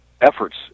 efforts